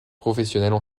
professionnelles